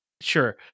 Sure